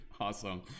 awesome